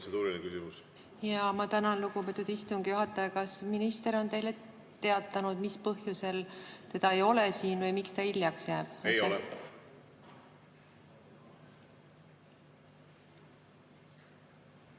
Ma tänan, lugupeetud istungi juhataja! Kas minister on teile teatanud, mis põhjusel teda ei ole siin, miks ta hiljaks jääb? Ei ole.